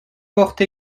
porte